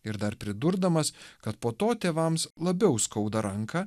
ir dar pridurdamas kad po to tėvams labiau skauda ranką